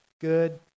Good